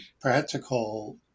practical